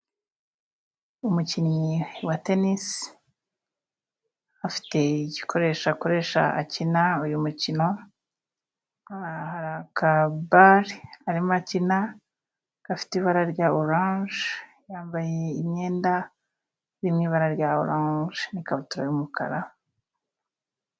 Umukinnyi wa tenisi afite igikoresho akoresha akina uyu mukino, hari aka bale arimo akina gafite ibara rya oranje, yambaye imyenda iri mu ibara rya oranje n' ikabutura y'umukara.